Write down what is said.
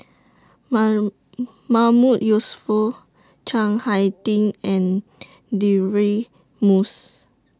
Mahmood Yusof Chiang Hai Ding and Deirdre Moss